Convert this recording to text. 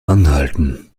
anhalten